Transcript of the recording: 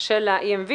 של ה-EMV